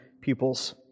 pupils